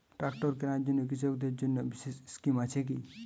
Tractor কেনার জন্য কৃষকদের জন্য বিশেষ স্কিম আছে কি?